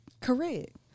Correct